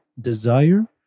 desire